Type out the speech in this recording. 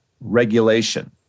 regulation